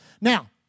Now